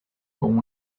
con